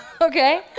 Okay